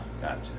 Gotcha